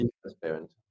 transparent